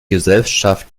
gesellschaft